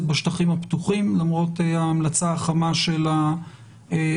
בשטחים הפתוחים למרות ההמלצה החמה של הוועדה.